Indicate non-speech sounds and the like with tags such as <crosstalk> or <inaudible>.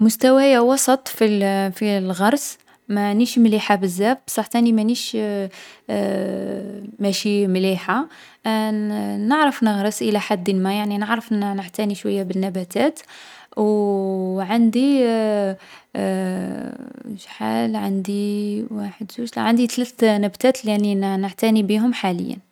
مستوايا وسط في الـ في الغرس. مانيش مليحة بزاف بصخ تاني مانيش <hesitation> ماشي مليحة. ٍ <hesitation> نـ نعرف نغرس لحد ما، يعني نعرف نـ نعتني شوية بالنباتات و عندي <hesitation> شحال عندي. وحد زوج، عندي تلث نبتات لي اني نـ نعتني بيهم حاليا.